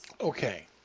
Okay